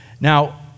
Now